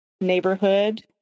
neighborhood